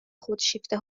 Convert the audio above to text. خودشیفته